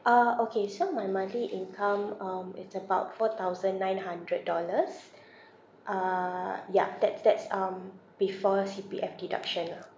uh okay so my monthly income um it's about four thousand nine hundred dollars uh ya that's that's um before C_P_F deduction lah